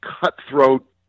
cutthroat